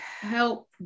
help